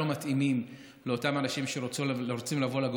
לא מתאימים לאותם אנשים שרוצים לבוא,